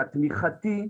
התמיכתי,